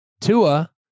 Tua